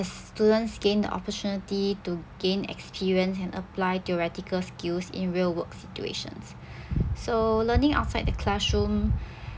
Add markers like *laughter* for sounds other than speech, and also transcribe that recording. as students gain the opportunity to gain experience and apply theoretical skills in real work situations *breath* so learning outside the classroom